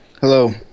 Hello